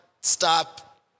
stop